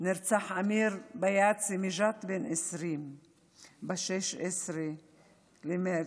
נרצח אמיר ביאדסה מג'ת, בן 20. ב-16 במרץ